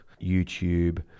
YouTube